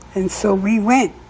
and so we went,